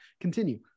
continue